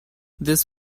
this